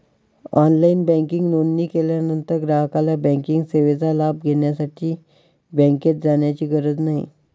online banking नोंदणी केल्यानंतर ग्राहकाला बँकिंग सेवेचा लाभ घेण्यासाठी बँकेत जाण्याची गरज नाही